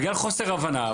בגלל חוסר הבנה.